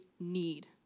need